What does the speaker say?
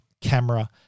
camera